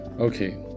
Okay